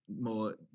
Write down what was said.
more